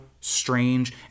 strange